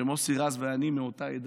שמוסי רז ואני מאותה עדה.